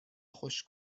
خوش